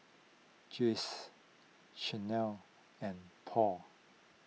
Jays Chanel and Paul